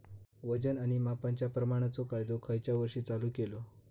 वजन आणि मापांच्या प्रमाणाचो कायदो खयच्या वर्षी चालू केलो?